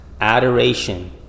Adoration